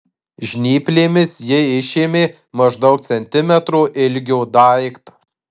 žnyplėmis ji išėmė maždaug centimetro ilgio daiktą